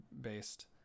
based